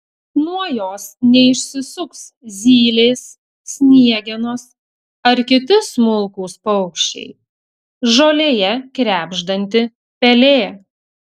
nuo jos neišsisuks zylės sniegenos ar kiti smulkūs paukščiai žolėje krebždanti pelė